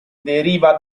deriva